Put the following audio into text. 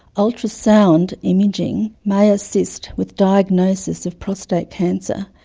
ultrasound imaging may assist with diagnosis of prostate cancer,